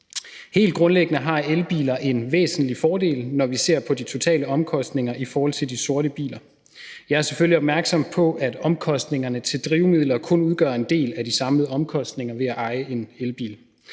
Helt grundlæggende har elbiler en væsentlig fordel i forhold til de sorte biler, når vi ser på de totale omkostninger. Jeg er selvfølgelig opmærksom på, at omkostningerne til drivmidler kun udgør en del af de samlede omkostninger ved at eje en elbil,